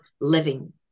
living